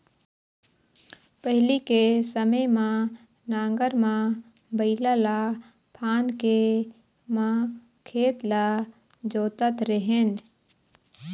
पहिली के समे म नांगर म बइला ल फांद के म खेत ल जोतत रेहेन